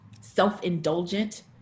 self-indulgent